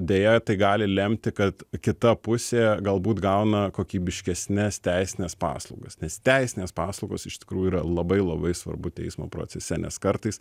deja tai gali lemti kad kita pusė galbūt gauna kokybiškesnes teisines paslaugas nes teisinės paslaugos iš tikrųjų yra labai labai svarbu teismo procese nes kartais